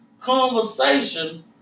conversation